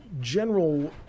general